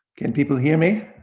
can people hear me?